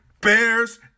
Bears